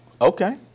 Okay